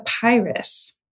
Papyrus